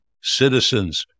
citizens